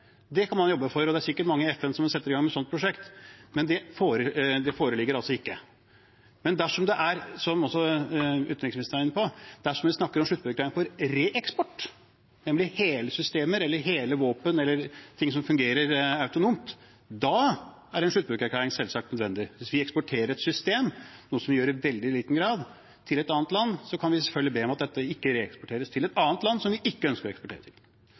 Det kan man jobbe for, og det er sikkert mange i FN som vil sette i gang med et sånt prosjekt, men det foreligger altså ikke. Men dersom vi, som også utenriksministeren var inne på, snakker om reeksport, nemlig hele systemer eller hele våpen eller ting som fungerer autonomt, er en sluttbrukererklæring selvsagt nødvendig. Hvis vi eksporterer et system – noe vi gjør i veldig liten grad – til et annet land, kan vi selvfølgelig be om at dette ikke reeksporteres til et annet land vi ikke ønsker å eksportere til.